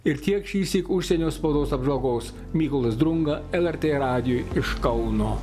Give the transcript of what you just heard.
ir tiek šįsyk užsienio spaudos apžvalgos mykolas drunga lrt radijui iš kauno